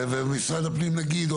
ומשרד הפנים נגיד,